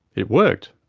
it worked.